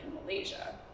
Malaysia